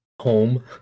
Home